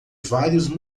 vários